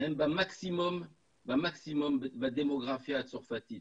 הם במקסימום בדמוגרפיה הצרפתית,